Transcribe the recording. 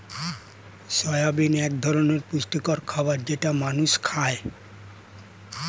soybean এক ধরনের পুষ্টিকর খাবার যেটা মানুষ খায়